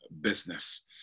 business